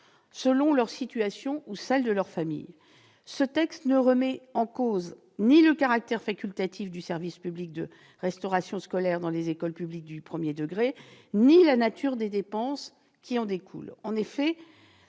selon leur situation ou celle de leur famille. » Ce texte ne remet en cause ni le caractère facultatif du service public de restauration scolaire dans les écoles publiques du premier degré ni la nature des dépenses qui en découlent.